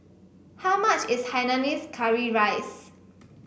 how much is Hainanese Curry Rice